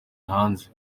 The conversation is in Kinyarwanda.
hanze